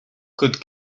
could